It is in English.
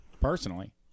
Personally